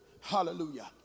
hallelujah